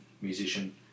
musician